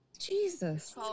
Jesus